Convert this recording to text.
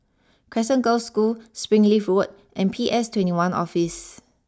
Crescent Girls' School Springleaf Road and P S twenty one Office